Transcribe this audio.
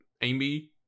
Amy